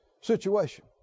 situation